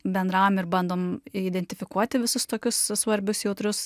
bendravom ir bandom identifikuoti visus tokius svarbius jautrius